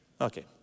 Okay